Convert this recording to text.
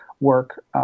work